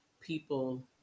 people